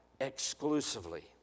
exclusively